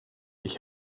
ich